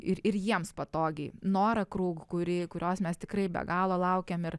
ir ir jiems patogiai nora krūg kuri kurios mes tikrai be galo laukiam ir